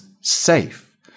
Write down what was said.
safe